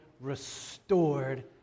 restored